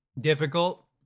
difficult